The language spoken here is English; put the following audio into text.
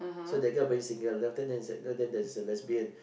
so that girl apparently single then after that is like then there's a lesbian